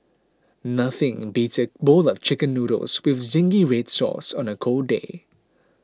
nothing beats a bowl of Chicken Noodles with Zingy Red Sauce on a cold day